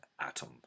atom